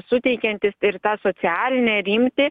suteikiantis ir tą socialinę rimtį